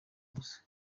busa